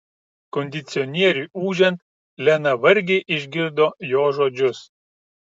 kondicionieriui ūžiant lena vargiai išgirdo jo žodžius